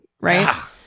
right